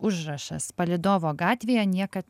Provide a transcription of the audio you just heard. užrašas palydovo gatvėje niekad